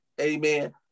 Amen